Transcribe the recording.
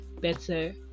better